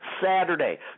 Saturday